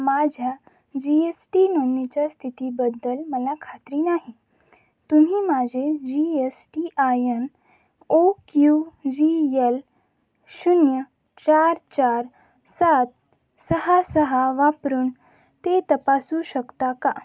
माझ्या G S T नोंदणीच्या स्थितीबद्दल मला खात्री नाही तुम्ही माझे G S T I N O Q G L शून्य चार चार सात सहा सहा वापरून ते तपासू शकता का